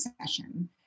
session